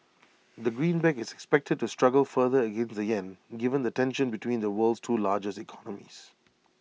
the greenback is expected to struggle further against the Yen given the tension between the world's two largest economies